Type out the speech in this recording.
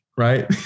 Right